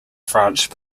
france